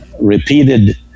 repeated